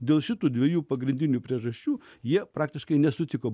dėl šitų dviejų pagrindinių priežasčių jie praktiškai nesutiko